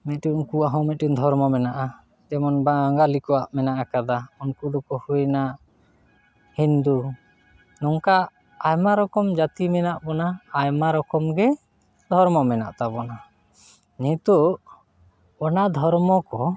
ᱢᱤᱫᱴᱮᱱ ᱩᱱᱠᱩᱣᱟᱜ ᱦᱚᱸ ᱢᱤᱫᱴᱮᱱ ᱫᱷᱚᱨᱚᱢᱚ ᱢᱮᱱᱟᱜᱼᱟ ᱡᱮᱢᱚᱱ ᱵᱟᱜᱟᱞᱤ ᱠᱚᱣᱟᱜ ᱢᱮᱱᱟᱜ ᱟᱠᱟᱫᱟ ᱩᱱᱠᱩ ᱫᱚᱠᱚ ᱦᱩᱭᱮᱱᱟ ᱦᱤᱱᱫᱩ ᱱᱚᱝᱠᱟ ᱟᱭᱢᱟ ᱨᱚᱠᱚᱢ ᱡᱟᱹᱛᱤ ᱢᱮᱱᱟᱜ ᱵᱚᱱᱟ ᱟᱭᱢᱟ ᱨᱚᱠᱚᱢ ᱜᱮ ᱫᱦᱚᱨᱚᱢ ᱢᱮᱱᱟᱜ ᱛᱟᱵᱚᱱᱟ ᱱᱤᱛᱳᱜ ᱚᱱᱟ ᱫᱷᱚᱨᱚᱢ ᱠᱚ